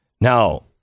Now